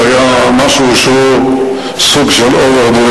זה היה משהו שהוא סוג של overdoing.